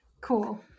cool